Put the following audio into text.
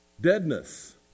Deadness